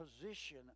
position